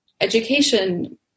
education